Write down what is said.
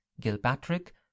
Gilpatrick